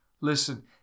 Listen